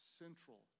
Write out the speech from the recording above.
central